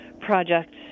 project